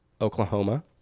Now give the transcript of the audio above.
Oklahoma